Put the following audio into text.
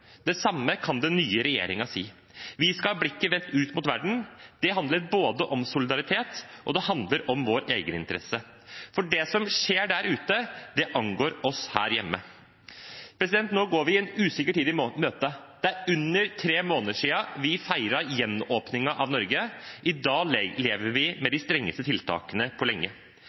Det samme kan den nye regjeringen si. Vi skal ha blikket vendt ut mot verden. Det handler både om solidaritet og om vår egeninteresse, for det som skjer der ute, angår oss her hjemme. Nå går vi en usikker tid i møte. Det er under tre måneder siden vi feiret gjenåpningen av Norge. I dag lever vi med de strengeste tiltakene på lenge.